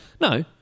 no